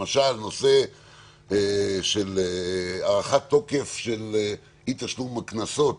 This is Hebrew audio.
למשל, נושא הארכת תוקף של אי תשלום קנסות